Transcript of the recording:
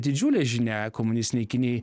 didžiulė žinia komunistinei kinijai